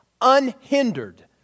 unhindered